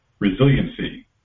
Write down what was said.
Resiliency